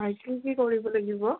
হয় কি কি কৰিব লাগিব